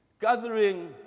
gathering